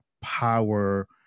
power